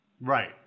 Right